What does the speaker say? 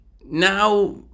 now